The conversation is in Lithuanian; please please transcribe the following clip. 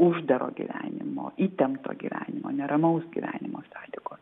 uždaro gyvenimo įtempto gyvenimo neramaus gyvenimo sąlygom